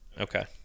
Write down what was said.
Okay